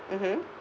mmhmm